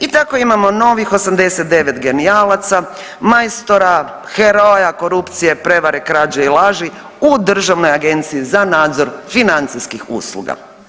I tako imamo novih 79 genijalaca, majstora, heroja korupcije, prevare, krađe i laži u državnoj Agenciji za nadzor financijskih usluga.